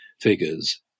figures